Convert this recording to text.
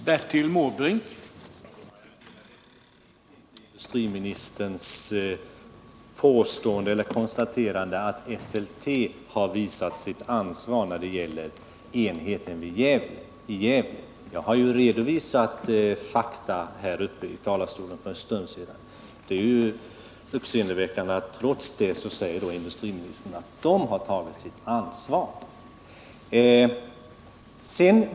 Herr talman! Med anledning av industriministerns konstaterande att Esselte har visat sitt ansvar när det gäller enheten i Gävle vill jag säga att jag ju för en stund sedan redovisade fakta här i talarstolen. Det är uppseendeväckande att industriministern trots detta säger att företaget har tagit sitt ansvar.